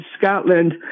Scotland